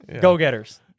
Go-getters